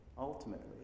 ultimately